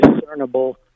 discernible